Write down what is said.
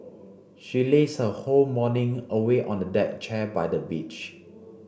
she lazed her whole morning away on a deck chair by the beach